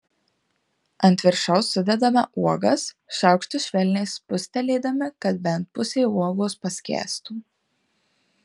ant viršaus sudedame uogas šaukštu švelniai spustelėdami kad bent pusė uogos paskęstų